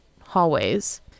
hallways